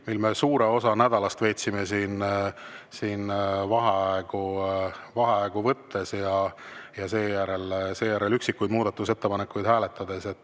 Siis me suure osa nädalast veetsime siin vaheaegu võttes ja seejärel üksikuid muudatusettepanekuid hääletades.